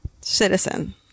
citizen